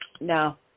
no